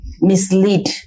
mislead